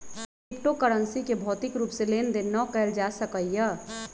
crypto currency के भौतिक रूप से लेन देन न कएल जा सकइय